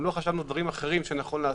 גם לא חשבנו דברים אחרים שנכון לעשות,